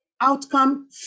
outcome